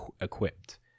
equipped